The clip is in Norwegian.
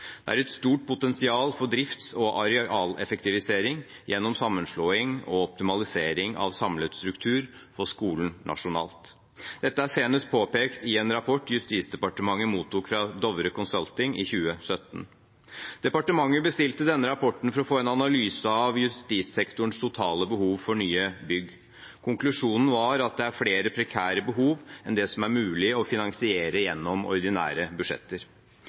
Det er et stort potensial for drifts- og arealeffektivisering gjennom sammenslåing og optimalisering av samlet struktur for skolen nasjonalt. Dette er senest påpekt i en rapport Justis- og beredskapsdepartementet mottok fra Dovre Group Consulting i 2017. Departementet bestilte denne rapporten for å få en analyse av justissektorens totale behov for nye bygg. Konklusjonen var at det er flere prekære behov enn det som er mulig å finansiere gjennom ordinære budsjetter.